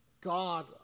God